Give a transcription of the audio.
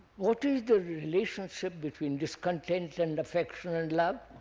what is the relationship between discontent, and affection, and love.